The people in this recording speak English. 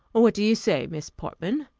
what do you say, miss portman?